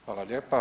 Hvala lijepa.